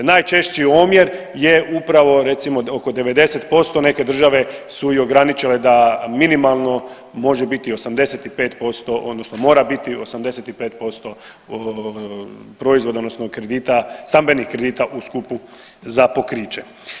Najčešći omjer je upravo recimo oko 90%, neke države su i ograničile da minimalno može biti 85% odnosno mora biti 85% proizvoda odnosno kredite, stambenih kredita u skupu za pokriće.